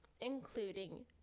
including